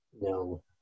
No